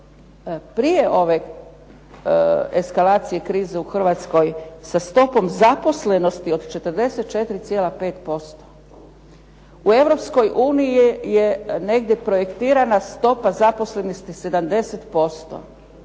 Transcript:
prije ove eskalacije krize u Hrvatskoj, sa stopom zaposlenosti od 44,5%. U Europskoj uniji je negdje projektirana stopa zaposlenosti 70%,